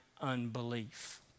unbelief